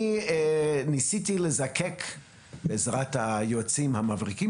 אני ניסיתי לזקק בעזרת היועצים המבריקים